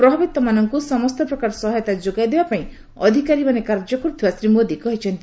ପ୍ରଭାବିତ ମାନଙ୍କୁ ସମସ୍ତ ପ୍ରକାର ସହାୟତା ଯୋଗାଇ ଦେବାପାଇଁ ଅଧିକାରୀମାନେ କାର୍ଯ୍ୟ କରୁଥିବା ଶ୍ରୀ ମୋଦି କହିଛନ୍ତି